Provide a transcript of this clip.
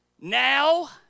Now